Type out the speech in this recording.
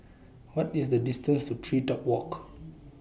What IS The distance to Tree Top Walk